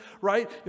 Right